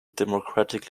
democratic